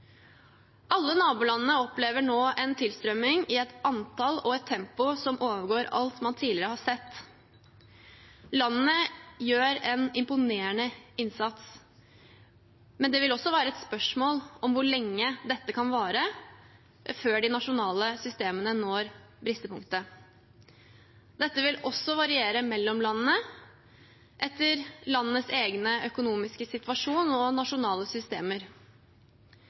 Alle nabolandene opplever nå en tilstrømming i et antall og et tempo som overgår alt man tidligere har sett. Landene gjør en imponerende innsats, men det vil også være et spørsmål om hvor lenge dette kan vare før de nasjonale systemene når bristepunktet. Dette vil også variere mellom landene, etter landenes egen økonomiske situasjon og nasjonale systemer.